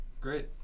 Great